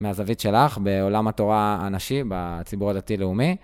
מהזווית שלך בעולם התורה הנשי, בציבור הדתי-לאומי.